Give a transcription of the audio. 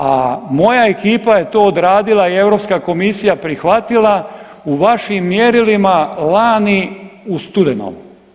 A moja ekipa je to odradila i Europska komisija prihvatila u vašim mjerilima lani u studenom.